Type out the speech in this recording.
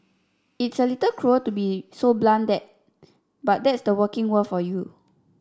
it's a little cruel to be so blunt but that's the working world for you